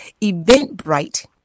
Eventbrite